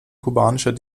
kubanischer